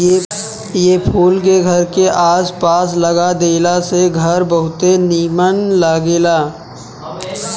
ए फूल के घर के आस पास लगा देला से घर बहुते निमन लागेला